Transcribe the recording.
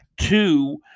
two